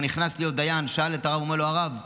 נכנס להיות דיין הוא שאל את הרב: הרב,